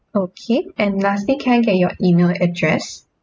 okay and lastly can I get your email address